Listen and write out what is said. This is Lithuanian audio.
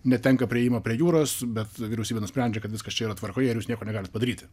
netenka priėjimo prie jūros bet vyriausybė nusprendžia kad viskas čia yra tvarkoje ir jūs nieko negalit padaryti